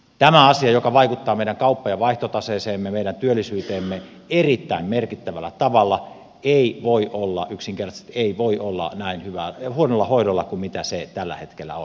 tämä asia joka vaikuttaa meidän kauppa ja vaihtotaseeseemme meidän työllisyyteemme erittäin merkittävällä tavalla ei voi olla yksinkertaisesti ei voi olla näin huonolla hoidolla kuin se tällä hetkellä on